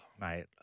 mate